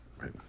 right